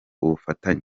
ubufatanye